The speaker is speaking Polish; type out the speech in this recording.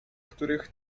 których